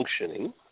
functioning